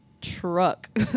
truck